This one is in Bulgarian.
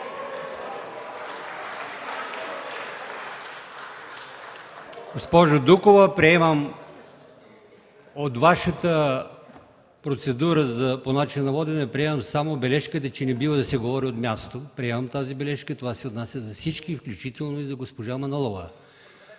Госпожо Дукова, от Вашата процедура по начина на водене приемам само забележката, че не бива да се говори от място. Приемам тази забележка – това се отнася за всички, включително и за госпожа Манолова.